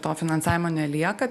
to finansavimo nelieka